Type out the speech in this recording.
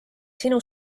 sinu